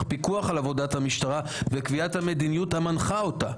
פיקוח על עבודת המשטרה וקביעת המדיניות המנחה אותה,